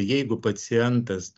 jeigu pacientas